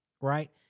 right